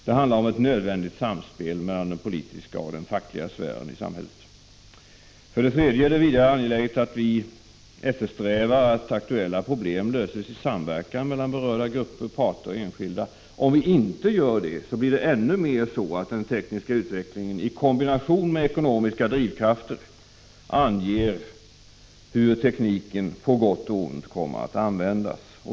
Det handlar om ett nödvändigt samspel mellan den politiska och den fackliga sfären i samhället. 3. Det är vidare angeläget att vi eftersträvar att aktuella problem löses i samverkan mellan berörda grupper, parter och enskilda. Om vi inte gör det blir det ännu mer så att den tekniska utvecklingen i kombination med ekonomiska drivkrafter anger hur tekniken — på gott och ont — kommer att användas.